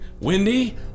Wendy